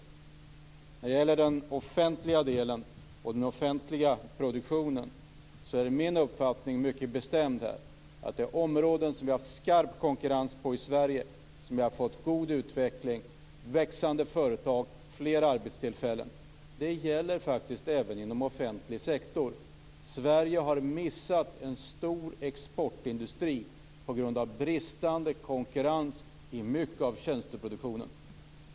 När det gäller den offentliga delen och den offentliga produktionen är min uppfattning mycket bestämd. Det är på områden där vi har haft en skarp konkurrens i Sverige som vi har fått en god utveckling, växande företag, flera arbetstillfällen. Det gäller faktiskt även inom offentlig sektor. Sverige har missat en stor exportindustri på grund av bristande konkurrens i mycket av tjänsteproduktionen.